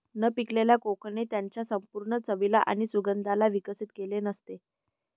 न पिकलेल्या कोकणे त्याच्या संपूर्ण चवीला आणि सुगंधाला विकसित केलेले नसते